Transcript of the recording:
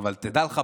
אבל תדע לך,